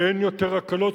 ואין יותר הקלות,